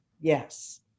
yes